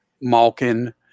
Malkin